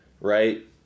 right